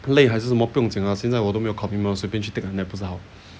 累还是什么不用紧 mah 现在我都没有 commitment 我就随便去 take a nap 不是好